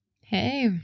Hey